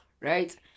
Right